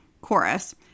Chorus